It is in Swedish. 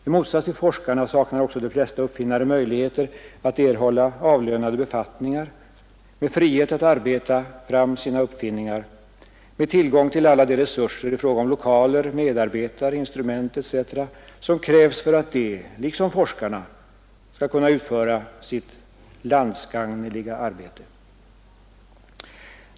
I motsats till forskarna saknar också de flesta uppfinnare möjligheter att erhålla avlönade befattningar med frihet att arbeta fram sina uppfinningar, med tillgång till alla de resurser i fråga om lokaler, medarbetare, instrument etc. som krävs för att de liksom forskarna skall kunna utföra sitt landsgagneliga arbete.